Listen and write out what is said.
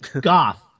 Goth